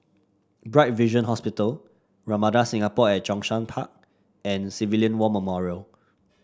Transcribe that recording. Bright Vision Hospital Ramada Singapore at Zhongshan Park and Civilian War Memorial